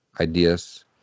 ideas